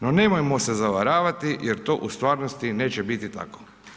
No nemojmo se zavaravati jer to u stvarnosti neće biti tako.